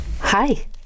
Hi